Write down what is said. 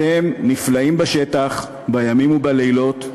אתם נפלאים בשטח, בימים ובלילות,